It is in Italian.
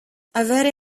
avere